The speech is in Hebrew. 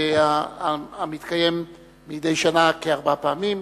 המתקיים ארבע פעמים